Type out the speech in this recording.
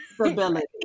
stability